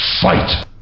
fight